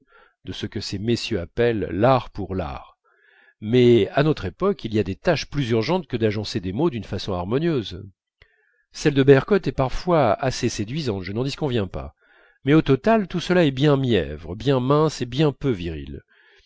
de ce que ces messieurs appellent l'art pour l'art mais à notre époque il y a des tâches plus urgentes que d'agencer des mots d'une façon harmonieuse celle de bergotte est parfois assez séduisante je n'en disconviens pas mais au total tout cela est bien mièvre bien mince et bien peu viril